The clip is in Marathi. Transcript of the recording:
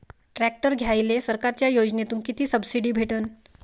ट्रॅक्टर घ्यायले सरकारच्या योजनेतून किती सबसिडी भेटन?